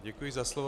Děkuji za slovo.